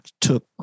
took